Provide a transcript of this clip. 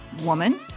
woman